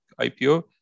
IPO